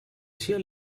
sia